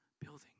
building